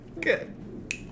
Good